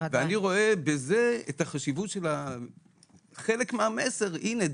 ואני רואה בזה את החשיבות של חלק מהמסר: הינה,